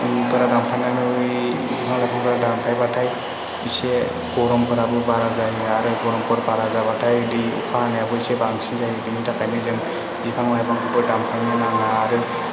दानफायनानै बिफां लाइफां दानफायबाथाय एसे गरमफोराबो बारा जायो आरो गरमफोर बारा जाबाथाय दै अखा हानायाबो एसे बांसिन जायो बेनि थाखायनो जों बिफां लाइफांफोर दानफायनो नाङा आरो